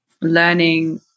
learning